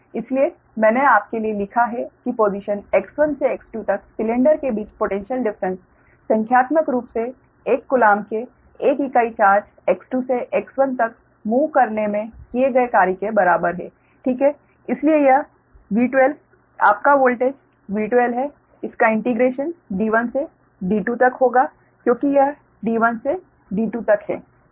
इसीलिए मैंने आपके लिए लिखा है कि पोसिशन X1 से X2 तक सिलेंडर के बीच पोटैन्श्यल डिफ़्रेंस संख्यात्मक रूप से एक कोलॉम्ब के एक इकाई चार्ज X2 से X1 तक मूव करने में किए गए कार्य के बराबर है ठीक है इसलिए यह V12 आपका वोल्टेज V12 है इसका इंटिग्रेशन D1 से D2 तक होगा क्योंकि यह D1 से D2 तक है